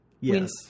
Yes